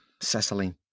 Cecily